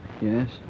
Yes